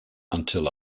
until